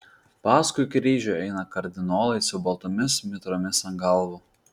paskui kryžių eina kardinolai su baltomis mitromis ant galvų